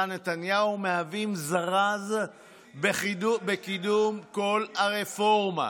נתניהו מהווים זרז בקידום כל הרפורמה.